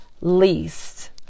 least